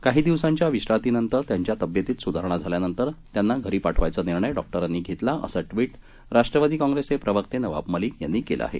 काही दिवसांच्या विश्रांतीनंतर त्यांच्या तब्येतीत सुधारणा झाल्यानंतर त्यांना घरी पाठवण्याचा निर्णय डॉक्टरांनी घेतला असं ट्विट राष्ट्रवादी काँग्रेसचे प्रवक्ते नवाब मलिक यांनी केलं आहे